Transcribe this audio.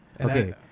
Okay